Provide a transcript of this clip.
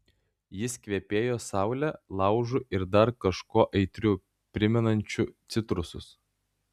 jis kvepėjo saule laužu ir dar kažkuo aitriu primenančiu citrusus